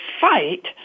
fight